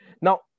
Now